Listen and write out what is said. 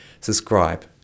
subscribe